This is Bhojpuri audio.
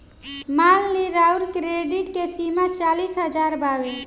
मान ली राउर क्रेडीट के सीमा चालीस हज़ार बावे